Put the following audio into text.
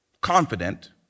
Confident